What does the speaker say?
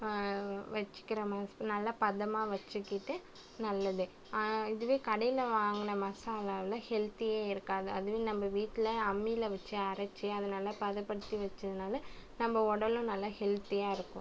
வச்சுக்கிற மாதிரி நல்லா பதமாக வச்சுக்கிட்டு நல்லது இதுவே கடையில் வாங்கின மசாலாவில் ஹெல்த்தியே இருக்காது அதுவே நம்ம வீட்டில் அம்மியில் வச்சு அரைத்து அதை நல்லா பதப்படுத்தி வச்சதுனால் நம்ம உடலும் நல்லா ஹெல்த்தியாக இருக்கும்